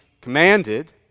commanded